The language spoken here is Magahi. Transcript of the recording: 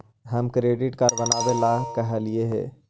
हम क्रेडिट कार्ड बनावे ला कहलिऐ हे?